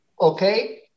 Okay